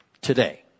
today